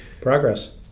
Progress